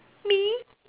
me